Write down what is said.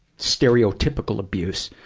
stereotypical abuse,